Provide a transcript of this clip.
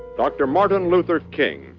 dr. martin luther king,